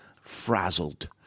frazzled